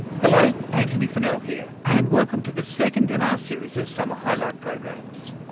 hello antony funnell here and welcome to the second in our series of summer highlights programmes.